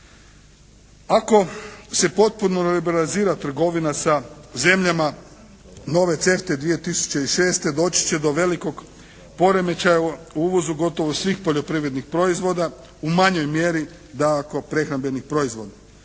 Ako se potpuno liberalizira trgovina sa zemljama nove CEFTA-e 2006. doći će do velikog poremećaja u uvozu gotovo svih poljoprivrednih proizvoda, u manjoj mjeri da ako prehrambeni proizvod.